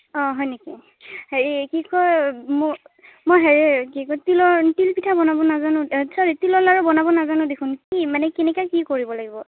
অঁ হয় নেকি হেৰি কি কয় মোৰ মই হেৰি কি কয় তিলৰ তিলপিঠা বনাব নাজানোঁ ত চৰী তিলৰ লাৰু বনাব নাজানোঁ দেখোন কি মানে কেনেকৈ কি কৰিব লাগিব